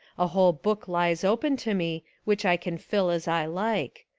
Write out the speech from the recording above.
a whole book lies open to me, which i can fill as i like.